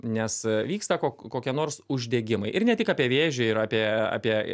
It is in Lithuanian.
nes vyksta kokie nors uždegimai ir ne tik apie vėžį ir apie apie